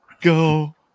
go